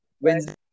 Wednesday